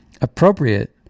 appropriate